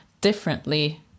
differently